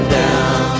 down